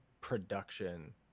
production